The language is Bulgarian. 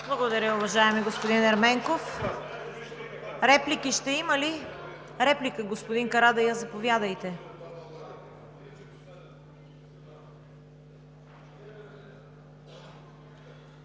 Благодаря, уважаеми господин Ерменков. Реплики ще има ли? Реплика – господин Карадайъ, заповядайте.